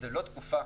זו לא תקופה